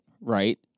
right